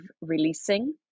releasing